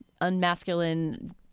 unmasculine